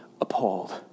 Appalled